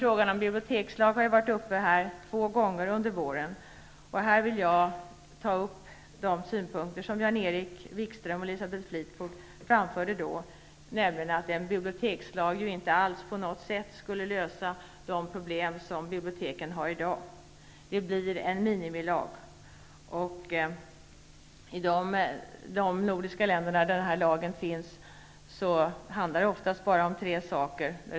Frågan om bibliotekslag har varit uppe två gånger under våren. Jag vill ta upp de synpunkter som Jan Erik Wikström och Elisabeth Fleetwood framförde då, nämligen att en bibliotekslag inte på något sätt skulle lösa de problem som biblioteken har i dag. Det blir en minimilag. I de nordiska länder där man har en sådan lag gäller det oftast bara tre aspekter.